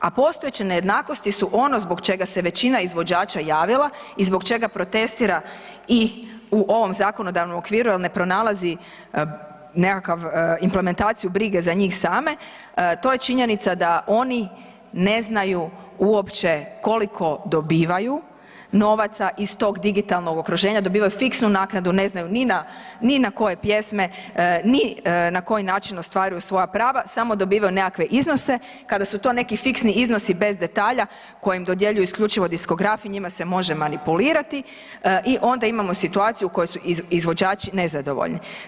A postojeće nejednakosti su ono zbog čega se većina izvođača javila i zbog čega protestira i u ovom zakonodavnom okviru jer ne pronalazi nekakvu implementaciju brige za njih same, to je činjenica da oni ne znaju uopće koliko dobivaju novaca iz tog digitalnog okruženja, dobivaju fiksnu naknadu, ne znaju ni na koje pjesme, ni na koji način ostvaruju prava, samo dobivaju nekakve iznose, kada su ti neki fiksni iznosi bez detalja kojem dodjeljuju isključivo diskografi, njima se može manipulirati i onda imamo situaciji u kojoj su izvođači nezadovoljni.